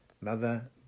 Mother